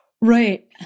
Right